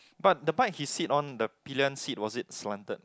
but the bike he sit on the pillion seat was it slanted